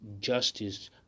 Justice